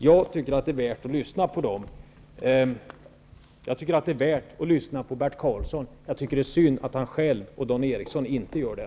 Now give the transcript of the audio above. Jag tycker att det är värt att lyssna på dem. Jag tycker att det är värt att lyssna på Bert Karlsson. Jag tycker det är synd att han själv och Dan Eriksson inte gör det.